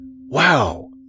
Wow